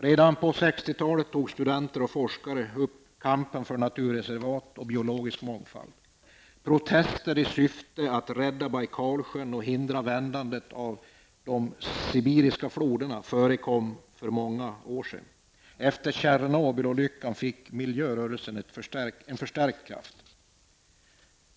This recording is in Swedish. Redan på 60-talet tog studenter och forskare upp kampen för naturreservat och biologisk mångfald. Protester i syfte att rädda Bajkalsjön och hindra vändandet av de sibiriska floderna förekom för många år sedan. Efter Tjernobylolyckan fick miljörörelsen förstärkt kraft.